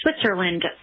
Switzerland